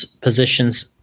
positions